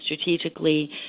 strategically